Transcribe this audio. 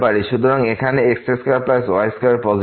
সুতরাং এখানে x2y2 positive